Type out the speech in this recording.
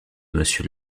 monsieur